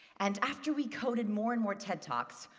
and after we coded more and more ted talks,